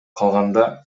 калганда